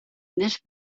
this